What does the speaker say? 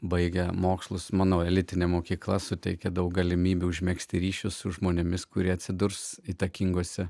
baigę mokslus manau elitinė mokykla suteikė daug galimybių užmegzti ryšius su žmonėmis kurie atsidurs įtakingose